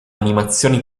animazioni